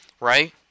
Right